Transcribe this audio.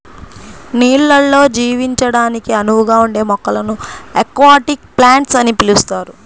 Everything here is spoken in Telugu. నీళ్ళల్లో జీవించడానికి అనువుగా ఉండే మొక్కలను అక్వాటిక్ ప్లాంట్స్ అని పిలుస్తారు